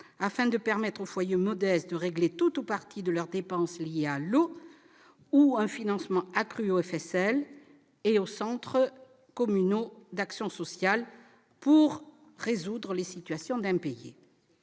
afin de permettre aux foyers modestes de régler tout ou partie de leurs dépenses liées à l'eau, ou un financement accru au FSL et aux centres communaux d'action sociale pour résoudre les situations d'impayés.